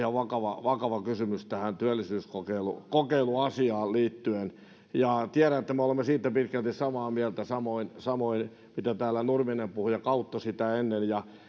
on ihan vakava kysymys tähän työllisyyskokeiluasiaan liittyen tiedän että me olemme siitä pitkälti samaa mieltä samoin samoin siitä mitä täällä nurminen puhui ja kautto sitä ennen ja